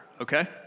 okay